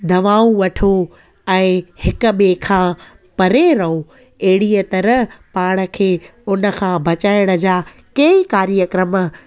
दवाऊं वठो ऐं हिक ॿिए खां परे रहो अहिड़ीअ तरह पाण खे हुन खां बचाइण जा केई कार्यक्रम